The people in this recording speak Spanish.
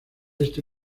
este